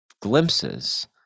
glimpses